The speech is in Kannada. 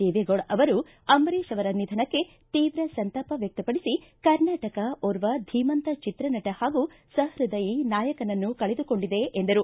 ದೇವೆಗೌಡ ಅವರು ಅಂಬರೀಶ ಅವರ ನಿಧನಕ್ಕೆ ತೀವ್ರ ಸಂತಾಪ ವ್ಯಕ್ತಪಡಿಸಿ ಕರ್ನಾಟಕ ಓರ್ವ ಧೀಮಂತ ಚಿತ್ರನಟ ಹಾಗೂ ಸಹದೃಯಿ ನಾಯಕನನ್ನು ಕಳೆದುಕೊಂಡಿದೆ ಎಂದರು